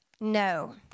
no